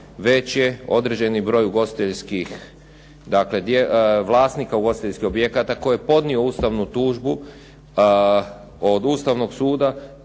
već je određeni broj ugostiteljskih, dakle vlasnika ugostiteljskih objekata koji je podnio ustavnu tužbu od Ustavnog suda